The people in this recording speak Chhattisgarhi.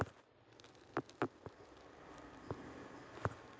जलोढ़ माटी ला कतना बार जुताई करबो ता फसल ठीक होती?